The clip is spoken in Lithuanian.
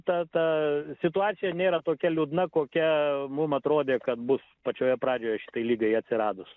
ta ta situacija nėra tokia liūdna kokia mum atrodė kad bus pačioje pradžioje šitai ligai atsiradus